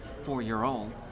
four-year-old